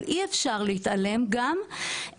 אבל אי אפשר להתעלם מהנושא,